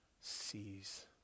sees